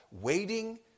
waiting